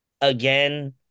Again